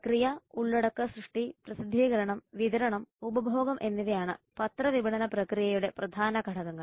പ്രക്രിയ ഉള്ളടക്ക സൃഷ്ടി പ്രസിദ്ധീകരണം വിതരണം ഉപഭോഗം എന്നിവയാണ് പത്ര വിപണന പ്രക്രിയയുടെ പ്രധാന ഘടകങ്ങൾ